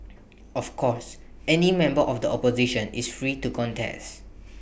of course any member of the opposition is free to contest